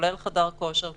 כולל חדר כושר,